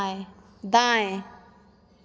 दाएँ दाएँ